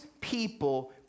people